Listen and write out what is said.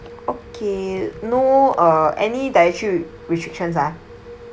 okay no uh any dietary restrictions ah